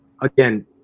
again